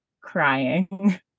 crying